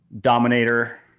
Dominator